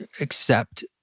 accept